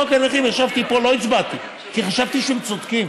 בחוק הנכים ישבתי פה ולא הצבעתי כי חשבתי שהם צודקים